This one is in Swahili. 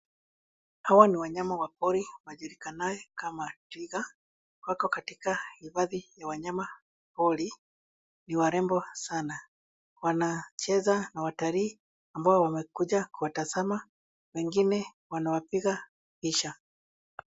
Hawa ni wanyama wa pori wajulikanaye kama twiga. Wako katika hifadhi ya wanyama pori. Ni warembo sana. Wanacheza na watalii ambao wamekuja kuwatazama ,Wengine wanawapiga picha.